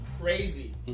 crazy